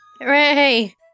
Hooray